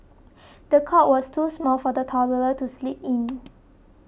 the cot was too small for the toddler to sleep in